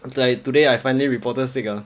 after I today I finally reported sick lah